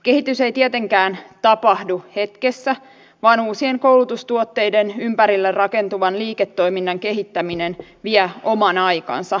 kehitys ei tietenkään tapahdu hetkessä vaan uusien koulutustuotteiden ympärille rakentuvan liiketoiminnan kehittäminen vie oman aikansa